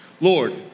Lord